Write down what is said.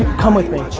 come with me.